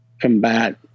Combat